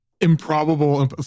improbable